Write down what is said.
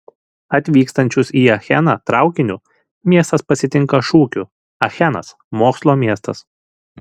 atvykstančius į acheną traukiniu miestas pasitinka šūkiu achenas mokslo miestas